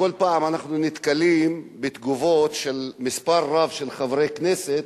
בכל פעם אנחנו נתקלים בתגובות של מספר רב של חברי כנסת